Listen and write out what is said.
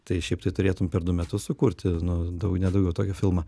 tai šiaip tai turėtum per du metus sukurti nu ne daugiau tokį filmą